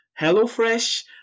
HelloFresh